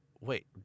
wait